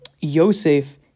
Yosef